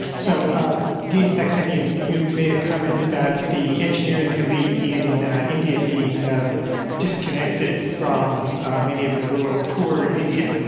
so dean saxenian, you made a comment about the engineering elite in india being disconnected from many of the rural poor in india.